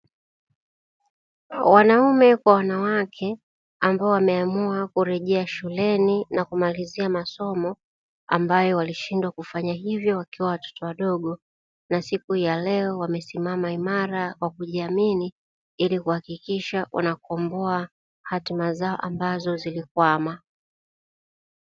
Wanaume kwa wanawake ambao wameamua kurejea shuleni na kumalizia masomo ambayo walishindwa kufanya hivyo wakiwa watoto wadogo, na siku ya leo wamesimama imara kwa kujiamini ili kuhakikisha wanakomboa hatima zao ambazo zilikwama.